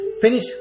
finish